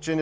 че